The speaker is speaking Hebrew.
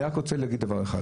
אני רק רוצה להגיד דבר אחד.